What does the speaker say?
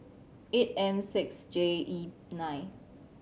eight M six J E nine